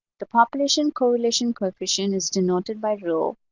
the population correlation coefficient is denoted by rho,